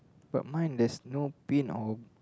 but mine there's no bin or